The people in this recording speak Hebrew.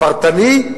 פרטני,